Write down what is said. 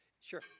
Sure